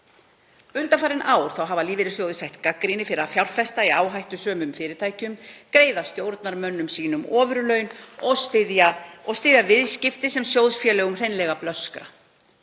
Undanfarin ár hafa lífeyrissjóðir sætt gagnrýni fyrir að fjárfesta í áhættusömum fyrirtækjum, greiða stjórnarmönnum ofurlaun og styðja viðskipti sem sjóðfélögum blöskrar